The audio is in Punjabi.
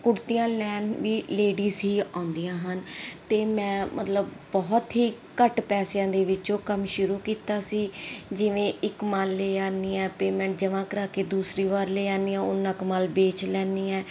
ਕੁੜਤੀਆਂ ਲੈਣ ਵੀ ਲੇਡੀਜ਼ ਹੀ ਆਉਂਦੀਆਂ ਹਨ ਅਤੇ ਮੈਂ ਮਤਲਬ ਬਹੁਤ ਹੀ ਘੱਟ ਪੈਸਿਆਂ ਦੇ ਵਿੱਚ ਉਹ ਕੰਮ ਸ਼ੁਰੂ ਕੀਤਾ ਸੀ ਜਿਵੇਂ ਇੱਕ ਮਾਲ ਲੈ ਆਉਂਦੀ ਹਾਂ ਪੇਮੈਂਟ ਜਮ੍ਹਾ ਕਰਾ ਕੇ ਦੂਸਰੀ ਵਾਰ ਲੈ ਆਉਂਦੀ ਹਾਂ ਉੰਨਾ ਕੁ ਮਾਲ ਵੇਚ ਲੈਂਦੀ ਹਾਂ